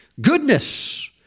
goodness